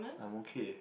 I'm okay